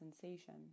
sensation